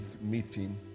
meeting